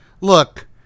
look